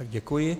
Děkuji.